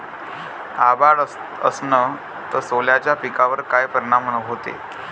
अभाळ असन तं सोल्याच्या पिकावर काय परिनाम व्हते?